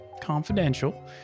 confidential